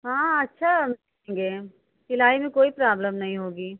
हाँ अच्छा सिलाई में कोई प्रॉब्लम नहीं होगी